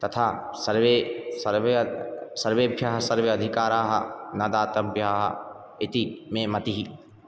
तथा सर्वे सर्वे सर्वेभ्यः सर्वे अधिकाराः न दातव्याः इति मे मतिः